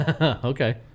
Okay